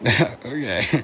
Okay